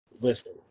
listen